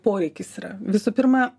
poreikis yra visų pirma